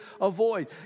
avoid